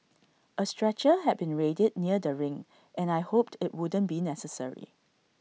A stretcher had been readied near the ring and I hoped IT wouldn't be necessary